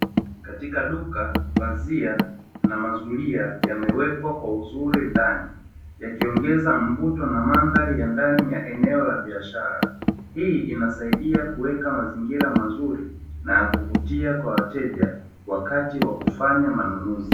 Katika duka pazia na mazulia yamewekwa kwa uzuri ndani yakiongeza mvuto na mandhari ya ndani ya eneo la biashara. Hii inasaidia kuweka mazingira mazuri na yakuvutia kwa wateja wakati wa kufanya manunuzi.